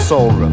soul